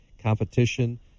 competition